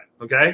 okay